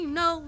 no